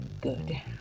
Good